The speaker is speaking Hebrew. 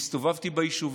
הסתובבתי ביישובים,